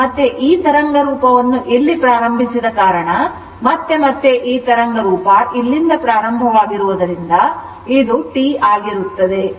ಮತ್ತೆ ಈ ತರಂಗ ರೂಪವನ್ನು ಇಲ್ಲಿ ಪ್ರಾರಂಭಿಸಿದ ಕಾರಣ ಮತ್ತು ಮತ್ತೆ ಈ ತರಂಗ ರೂಪ ಇಲ್ಲಿಂದ ಪ್ರಾರಂಭವಾಗುವದರಿಂದ ಇದು T ಆಗಿರುತ್ತದೆ